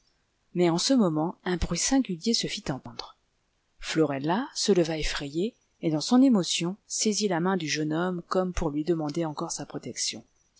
mais en ce moment un bruit singulier se fit entendre florella se leva effrayée et dans son émotion saisit la main du jeune homme comme pour lui demander encore sa protection